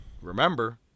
remember